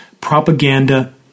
Propaganda